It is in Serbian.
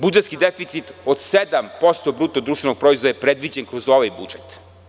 Budžetski deficit od 7% bruto društvenog proizvoda je predviđen kroz ovaj budžet.